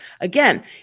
Again